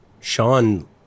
Sean